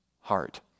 heart